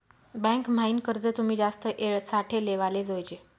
bank म्हाईन कर्ज तुमी जास्त येळ साठे लेवाले जोयजे